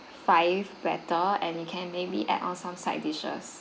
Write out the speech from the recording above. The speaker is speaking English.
five platter and you can maybe add on some side dishes